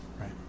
Right